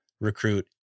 recruit